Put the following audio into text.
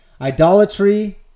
idolatry